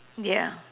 ya